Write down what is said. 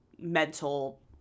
mental